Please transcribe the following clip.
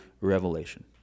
revelation